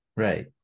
Right